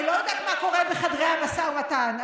אני לא יודעת מה קורה בחדרי המשא ומתן,